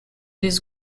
this